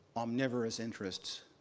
omnivorous interests,